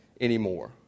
anymore